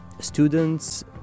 students